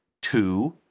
two